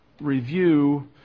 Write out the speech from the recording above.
review